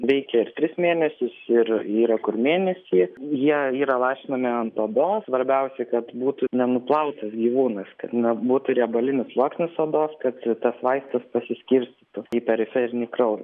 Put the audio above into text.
veikia ir tris mėnesius ir yra kur mėnesį jie yra lašinami ant odos svarbiausia kad būtų nenuplautas gyvūnas kad nebūtų riebalinis sluoksnis odos kad tas vaistas pasiskirstytų į periferinį kraują